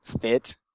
fit